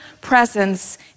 presence